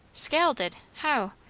scalded! how?